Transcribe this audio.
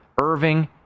Irving